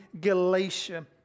Galatia